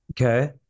Okay